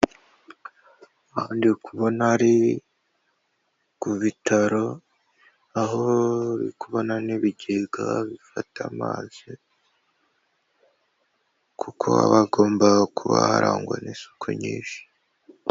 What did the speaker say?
Aha ndikubona ari ku bitaro aho ndikubona n'ibigega bifata amazi kuko ha hagomba kuba harangwa n'isuku nyinshi.